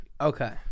Okay